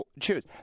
choose